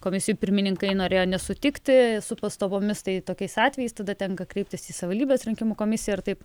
komisijų pirmininkai norėjo nesutikti su pastabomis tai tokiais atvejais tada tenka kreiptis į savivaldybės rinkimų komisiją ir taip